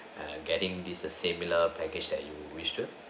err getting this a similar package that you wish to